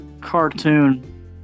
cartoon